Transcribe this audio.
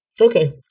Okay